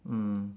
mm